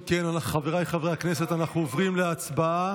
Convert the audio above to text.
אם כן, חבריי חברי הכנסת, אנחנו עוברים להצבעה.